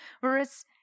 Whereas